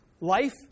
life